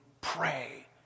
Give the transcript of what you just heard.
pray